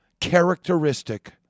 characteristic